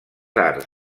arts